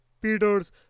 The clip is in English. Peters